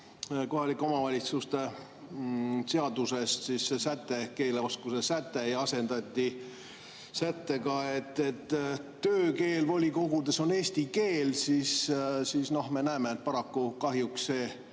kohalike omavalitsuste seadusest see säte ehk keeleoskuse säte ja asendati sättega, et töökeel volikogudes on eesti keel. Paraku me näeme, et kahjuks see